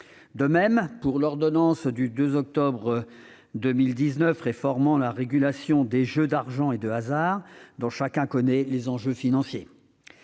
De même pour l'ordonnance du 2 octobre 2019 réformant la régulation des jeux d'argent et de hasard, dont chacun connaît les enjeux financiers